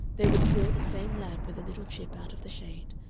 there was still the same lamp with a little chip out of the shade,